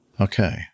Okay